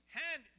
hand